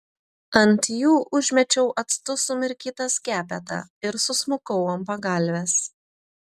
ant jų užmečiau actu sumirkytą skepetą ir susmukau ant pagalvės